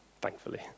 thankfully